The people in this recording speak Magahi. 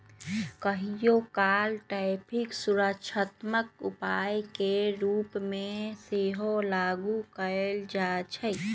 कहियोकाल टैरिफ सुरक्षात्मक उपाय के रूप में सेहो लागू कएल जाइ छइ